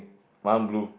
mine one blue